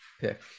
pick